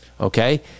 okay